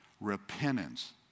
Repentance